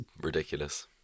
Ridiculous